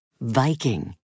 Viking